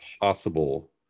possible